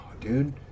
dude